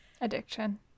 Addiction